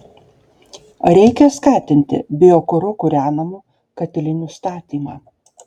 reikia skatinti biokuru kūrenamų katilinių statymą